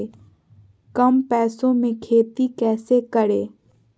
कम पैसों में खेती कैसे करें?